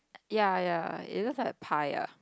ya ya it looks like pie ah